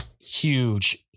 huge